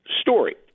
story